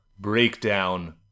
breakdown